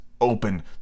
Open